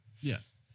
Yes